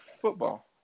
football